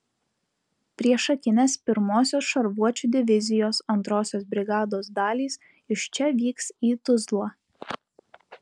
priešakinės pirmosios šarvuočių divizijos antrosios brigados dalys iš čia vyks į tuzlą